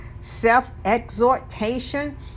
self-exhortation